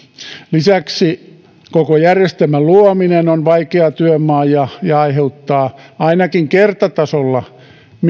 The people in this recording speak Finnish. lisäksi koko järjestelmän luominen on vaikea työmaa ja aiheuttaa ainakin kertatasolla